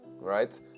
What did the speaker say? right